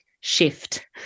shift